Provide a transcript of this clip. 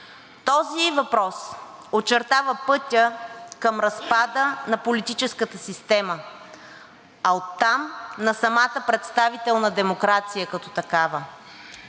Този въпрос очертава пътя към разпада на политическата система, а оттам на самата представителна демокрация като такава.